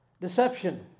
Deception